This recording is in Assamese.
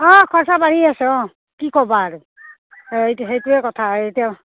অঁ খৰচা বাঢ়ি আছে অঁ কি ক'বা আৰু এই সেইটোৱে কথা এতিয়া